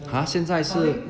ha 现在是